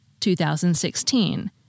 2016